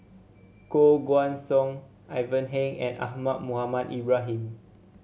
Koh Guan Song Ivan Heng and Ahmad Mohamed Ibrahim